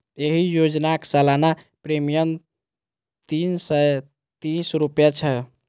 एहि योजनाक सालाना प्रीमियम तीन सय तीस रुपैया छै